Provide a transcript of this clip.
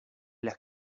las